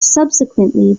subsequently